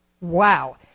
Wow